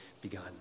begun